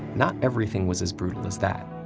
not everything was as brutal as that.